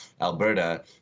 Alberta